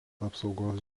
apsaugos